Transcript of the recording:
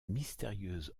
mystérieuse